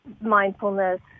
mindfulness